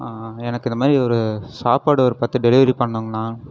எனக்கு இந்த மாதிரி ஒரு சாப்பாடு ஒரு பத்து டெலிவெரி பண்ணணுங்ணா